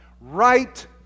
Right